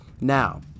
Now